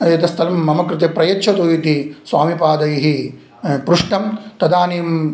एतत् स्थलं मम कृते प्रयच्छतु इति स्वामिपादैः पृष्टं तदानीं